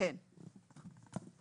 אנחנו